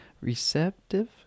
Receptive